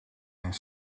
een